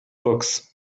books